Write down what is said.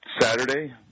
Saturday